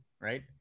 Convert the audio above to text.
Right